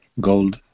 gold